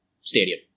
stadium